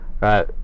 right